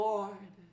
Lord